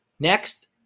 Next